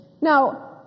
Now